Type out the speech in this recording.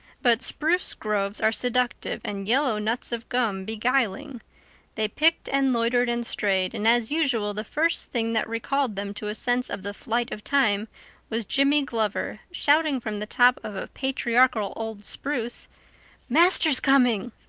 but spruce groves are seductive and yellow nuts of gum beguiling they picked and loitered and strayed and as usual the first thing that recalled them to a sense of the flight of time was jimmy glover shouting from the top of a patriarchal old spruce master's coming.